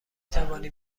توانی